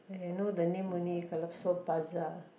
!aiya! know the name only Calypso-Plaza